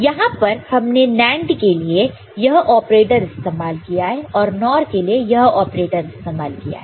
यहां पर हमने NAND के लिए यह ऑपरेटर इस्तेमाल किया है और NOR के लिए यह ऑपरेटर इस्तेमाल किया है